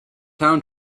town